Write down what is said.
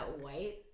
white